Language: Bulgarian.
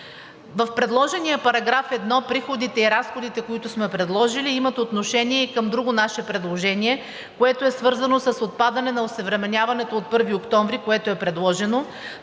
В предложения § 1 приходите и разходите, които сме предложили, имат отношение и към друго наше предложение, което е свързано с отпадане на осъвременяването от 1 октомври, което е предложено,